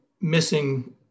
missing